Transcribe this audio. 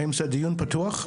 האם זה דיון פתוח?